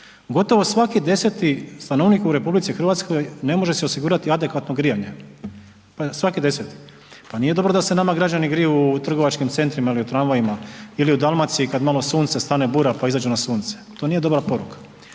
gotovo svaki 10 stanovnik u RH ne može si osigurati adekvatno grijanje, svaki 10. Pa nije dobro da se nama građani griju u trgovačkim centrima ili u tramvajima ili u Dalmaciji kad malo sunce, stane bura, pa izađu na sunce. To nije dobra poruka.